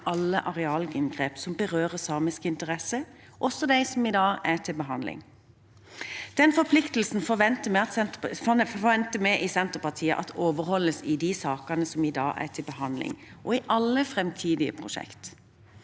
alle arealinngrep som berører samiske interesser, også de som i dag er til behandling. Den forpliktelsen forventer vi i Senterpartiet at overholdes i de sakene som i dag er til behandling, og i alle framtidige prosjekter.